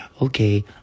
Okay